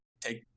take